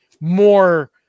more